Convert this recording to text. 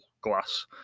glass